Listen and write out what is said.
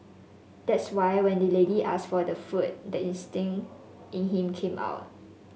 that's why when the lady asked for the food the instinct in him came out